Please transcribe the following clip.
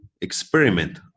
experiment